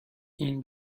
این